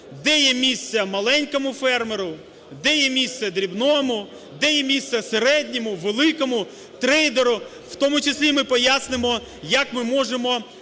де є місце маленькому фермеру, де є місце дрібному, де є місце середньому, великому трейдеру. В тому числі ми пояснимо, як ми можемо